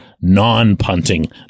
non-punting